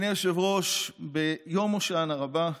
אדוני היושב-ראש, ביום הושענא רבא,